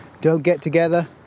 don't-get-together